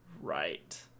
right